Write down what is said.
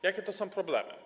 Jakie to są problemy?